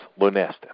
Lunesta